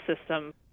system